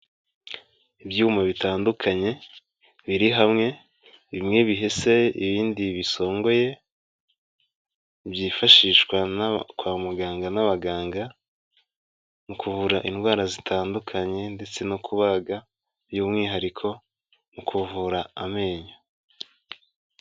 Ibyuma bitandukanye biri hamwe, bimwe bihese ibindi bisongoye, byifashishwa kwa muganga n'abaganga mu kuvura indwara zitandukanye ndetse no kubaga by'umwihariko mu kuvura amenyo.